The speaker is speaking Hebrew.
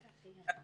כמובן.